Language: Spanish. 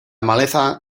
maleza